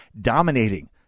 dominating